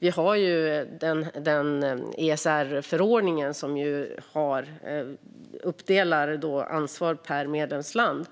Vi har dock ESR-förordningen, som ju redan delar upp ansvar per medlemsland,